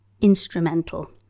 instrumental